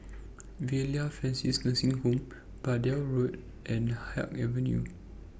Villa Francis Nursing Home Braddell Road and Haig Avenue